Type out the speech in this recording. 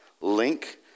link